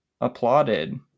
applauded